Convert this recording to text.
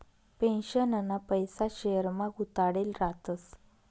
पेन्शनना पैसा शेयरमा गुताडेल रातस